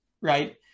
right